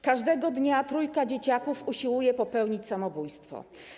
Każdego dnia trójka dzieciaków usiłuje popełnić samobójstwo.